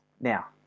Now